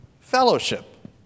fellowship